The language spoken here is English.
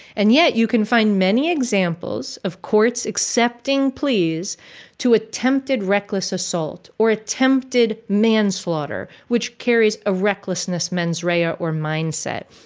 and yet you can find many examples of courts accepting pleas to attempted reckless assault or attempted manslaughter, which carries a recklessness, mens rea or or mindset.